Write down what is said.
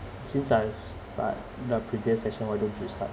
since I start the previous session why don't you start